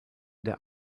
der